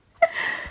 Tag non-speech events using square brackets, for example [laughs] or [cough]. [laughs]